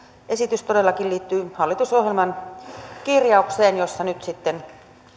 esitys todellakin liittyy hallitusohjelman kirjaukseen että nyt sitten